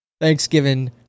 Thanksgiving